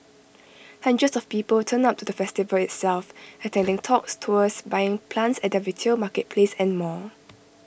hundreds of people turned up to the festival itself attending talks tours buying plants at their retail marketplace and more